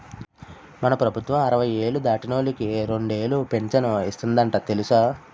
మన ప్రభుత్వం అరవై ఏళ్ళు దాటినోళ్ళకి రెండేలు పింఛను ఇస్తందట తెలుసా